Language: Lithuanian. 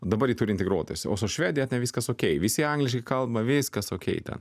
dabar ji turi integruotis o su švedija ten viskas okei visi angliškai kalba viskas okei ten